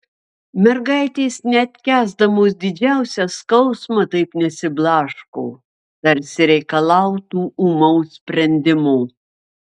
mergaitės net kęsdamos didžiausią skausmą taip nesiblaško tarsi reikalautų ūmaus sprendimo